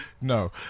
No